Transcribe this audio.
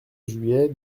juillet